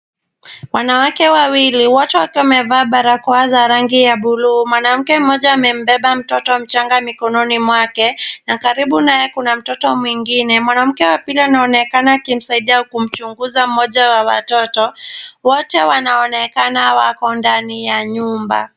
Wanawake wawili, wote wakiwa wamevaa barakoa za rangi ya buluu. Mwanamke mmoja amembeba mtoto mchanga mikononi mwake na karibu naye kuna mtoto mwingine. Mwanamke wa pili anaonekana akimsaidia kumchunguza mmoja wa watoto. Wote wanaonekana wako ndani ya nyumba.